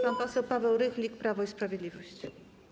Pan poseł Paweł Rychlik, Prawo i Sprawiedliwość.